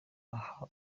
aha